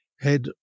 head